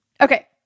okay